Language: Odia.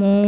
ମୁଁ